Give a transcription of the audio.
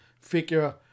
figure